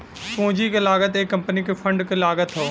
पूंजी क लागत एक कंपनी के फंड क लागत हौ